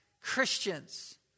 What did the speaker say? Christians